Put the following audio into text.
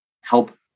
help